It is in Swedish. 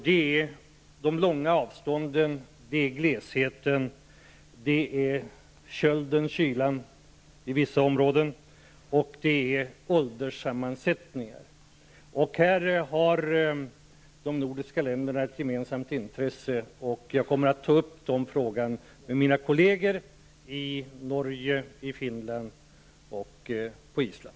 Det är de långa avstånden, glesheten, kylan i vissa områden och ålderssammansättning. Här har de nordiska länderna ett gemensamt intresse. Jag kommer att ta upp de frågorna med mina kolleger i Norge, Finland och på Island.